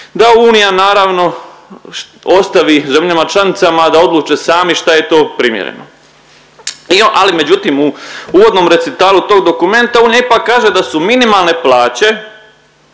da unija naravno ostavi zemljama članicama da odluče sami šta je to primjereno. Ali međutim u, u uvodnom recitalu tog dokumenta, e pa kaže da su minimalne plaće